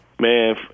Man